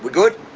good?